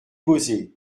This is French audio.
causé